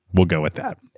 we'll go with that.